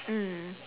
mm